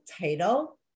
title